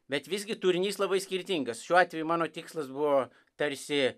bet visgi turinys labai skirtingas šiuo atveju mano tikslas buvo tarsi